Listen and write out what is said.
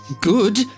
good